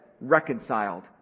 reconciled